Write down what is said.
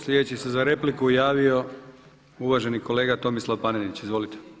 Sljedeći se za repliku javio uvaženi kolega Tomislav Panenić, izvolite.